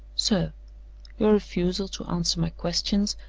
sir your refusal to answer my questions,